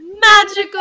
magical